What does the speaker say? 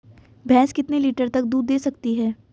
भैंस कितने लीटर तक दूध दे सकती है?